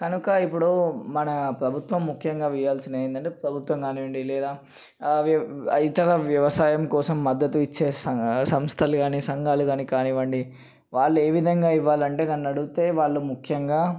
కనుక ఇప్పుడు మన ప్రభుత్వం ముఖ్యంగా చేయాల్సినవి ఏంటంటే ప్రభుత్వం కానివ్వండి లేదా ఇతర వ్యవసాయం కోసం మద్దతు ఇచ్చేస్తాము కదా సంస్థలు కానీ సంఘాలు కానీ కానివ్వండి వాళ్ళు ఏ విధంగా ఇవ్వాలి అంటే నన్ను అడిగితే వాళ్ళు ముఖ్యంగా